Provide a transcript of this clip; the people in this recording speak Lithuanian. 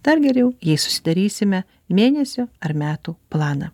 dar geriau jei susidarysime mėnesio ar metų planą